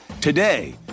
Today